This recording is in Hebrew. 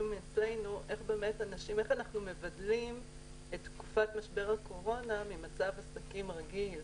אצלנו איך אנחנו מבדלים את תקופת משבר הקורונה ממצב עסקים רגיל,